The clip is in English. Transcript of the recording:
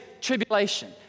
Tribulation